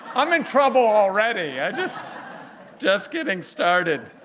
i'm in trouble already. i'm just just getting started.